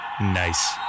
Nice